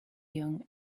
young